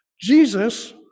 Jesus